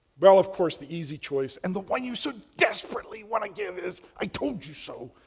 well of course the easy choice and the one you so desperately want to give is i told you so.